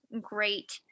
great